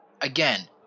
again